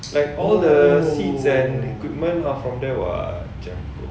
like all the seats and equipment are from them [what]